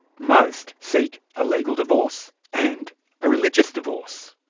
most seek a legal divorce, and a religious divorce.